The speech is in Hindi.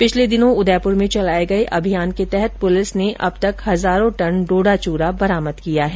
पिछले दिनों उदयपुर में चलाए गए अभियान के तहत प्रलिस ने अब तक हजारों टन डोडा चूरा बरामद किया है